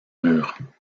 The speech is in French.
murs